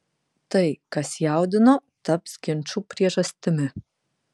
tai kas jaudino taps ginčų priežastimi